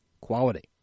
quality